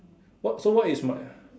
what so what is my